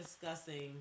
discussing